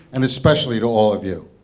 and especially to all of you.